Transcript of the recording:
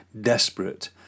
desperate